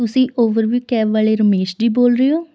ਤੁਸੀਂ ਕੈਬ ਵਾਲੇ ਰਮੇਸ਼ ਜੀ ਬੋਲ ਰਹੇ ਹੋ